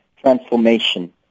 transformation